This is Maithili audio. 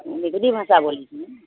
मैथिली भाषा बोलैत छै ने